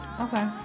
Okay